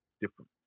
different